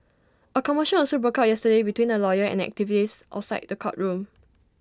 A commotion also broke out yesterday between A lawyer and an activists outside the courtroom